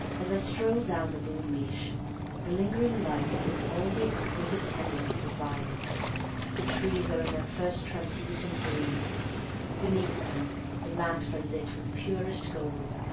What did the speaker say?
as i stroll down the boul' mich' the lingering light has all the exquisite tenderness of violet the trees are in their first translucent green beneath them the lamps are lit with purest gold,